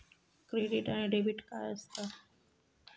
Credit आणि debit काय असता?